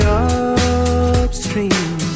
upstream